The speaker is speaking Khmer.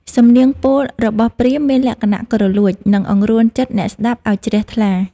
សំនៀងពោលរបស់ព្រាហ្មណ៍មានលក្ខណៈគ្រលួច និងអង្រួនចិត្តអ្នកស្ដាប់ឱ្យជ្រះថ្លា។